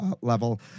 level